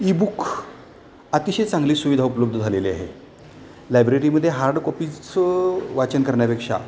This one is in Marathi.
ई बुक अतिशय चांगली सुविधा उपलब्ध झालेली आहे लायब्ररीमध्ये हार्ड कॉपीचं वाचन करण्यापेक्षा